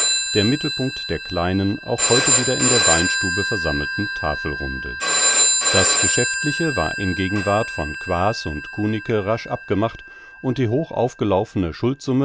der mittelpunkt der kleinen auch heute wieder in der weinstube versammelten tafelrunde das geschäftliche war in gegenwart von quaas und kunicke rasch abgemacht und die hochaufgelaufene